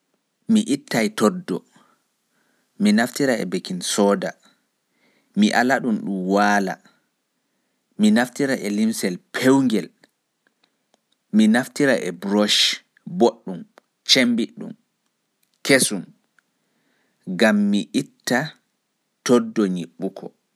Mi ittai toddo, mi naftira e baking soda mi ala ɗun ɗun waala. Mi naftirai e limsel pewngel, mi naftira e brush gam mi itta toddo nyiɓɓuko.